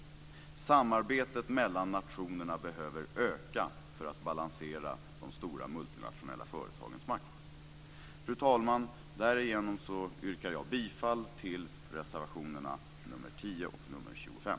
Samarbetet mellan nationerna behöver öka för att balansera de stora multinationella företagens makt. Fru talman! Därmed yrkar jag, som sagt, bifall till reservationerna nr 10 och 25.